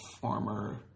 former